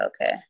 Okay